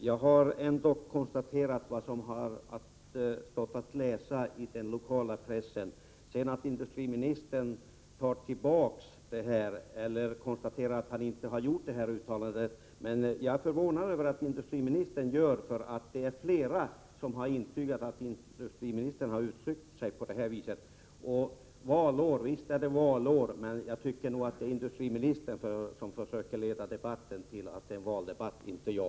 Herr talman! Jag har konstaterat vad som står att läsa i den lokala pressen. Att sedan industriministern dementerar uttalandet är en annan sak. Jag är förvånad över att industriministern gör på detta vis. Det är flera som har intygat att industriministern har uttryckt sig på det här viset. Visst är det valår, men jag tycker att det är industriministern som försöker göra debatten till en valdebatt, inte jag.